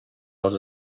als